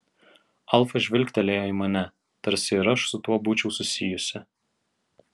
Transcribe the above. alfa žvilgtelėjo į mane tarsi ir aš su tuo būčiau susijusi